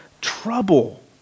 trouble